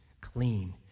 clean